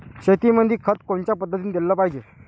शेतीमंदी खत कोनच्या पद्धतीने देलं पाहिजे?